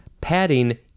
padding